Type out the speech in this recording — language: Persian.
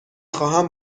خواهم